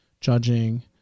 judging